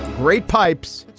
great pipes,